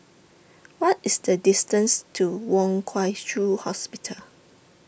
What IS The distance to Wong Shiu Hospital